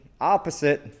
opposite